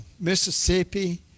Mississippi